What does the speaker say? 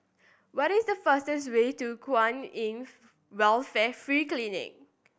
what is the fastest way to Kwan In Welfare Free Clinic